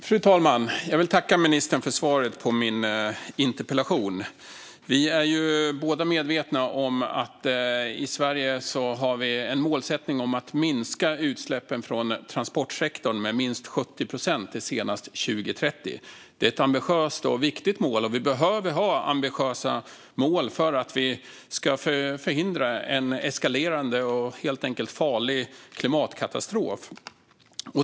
Fru talman! Jag vill tacka ministern för svaret på min interpellation. Vi är båda medvetna om att vi i Sverige har målsättningen att minska utsläppen från transportsektorn med minst 70 procent senast till 2030. Det är ett ambitiöst och viktigt mål. Vi behöver ha ambitiösa mål för att vi ska kunna förhindra en eskalerande och farlig klimatkatastrof.